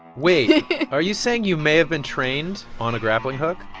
wait are you saying you may have been trained on a grappling hook?